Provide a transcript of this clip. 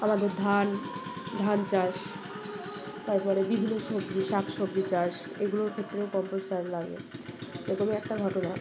আমাদের ধান ধান চাষ তারপরে বিভিন্ন সবজি শাক সবজি চাষ এগুলোর ক্ষেত্রেও কম্পোস্ট সার লাগে এরকমই একটা ঘটনা